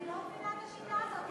אני לא מבינה את השיטה הזאת.